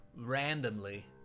randomly